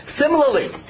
Similarly